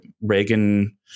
Reagan